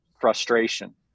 frustration